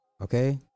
Okay